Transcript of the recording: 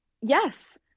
yes